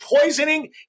poisoning